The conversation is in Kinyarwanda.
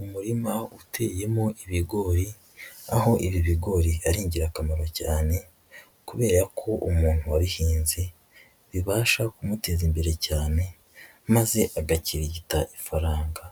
Umurima uteyemo ibigori, aho ibi bigori ari ingirakamaro cyane kubera ko umuntu wabihinze, bibasha kumuteza imbere cyane, maze agakirigita ifaranga,